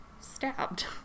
stabbed